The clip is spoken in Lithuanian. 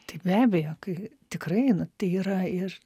tai be abejo kai tikrai na tai yra ir